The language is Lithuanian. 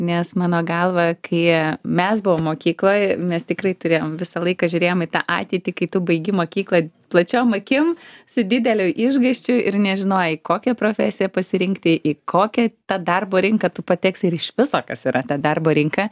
nes mano galva kai mes buvom mokykloj mes tikrai turėjom visą laiką žiūrėjom į tą ateitį kai tu baigi mokyklą plačiom akim su dideliu išgąsčiu ir nežinojai kokią profesiją pasirinkti į kokią tą darbo rinką tu pateksi ir iš viso kas yra ta darbo rinka